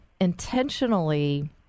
intentionally